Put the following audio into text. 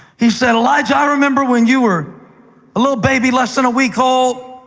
he said, elijah, i remember when you were a little baby less than a week old.